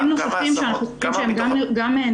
השמות ----- -של ארגונים נוספים שאנחנו חושבים שהם גם נהדרים